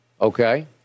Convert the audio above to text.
Okay